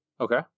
Okay